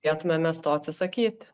turėtume mes to atsisakyt